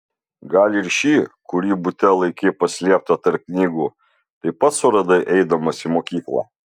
gal ir šį kurį bute laikei paslėptą tarp knygų taip pat suradai eidamas į mokyklą